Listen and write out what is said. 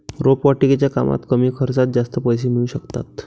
रोपवाटिकेच्या कामात कमी खर्चात जास्त पैसे मिळू शकतात